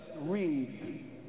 read